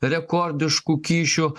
rekordiškų kyšių